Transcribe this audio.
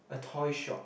a toy shop